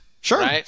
Sure